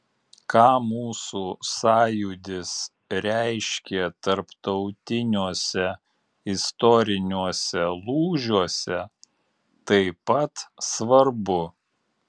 ką mūsų sąjūdis reiškė tarptautiniuose istoriniuose lūžiuose taip pat svarbu